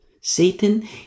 Satan